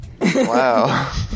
wow